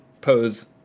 pose